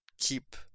keep